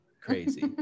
Crazy